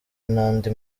n’andi